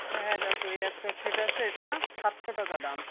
হ্যাঁ দেখো এই একটা সেট আছে এটা সাতশো টাকা দাম